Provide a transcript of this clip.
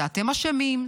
זה אתם אשמים,